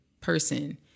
person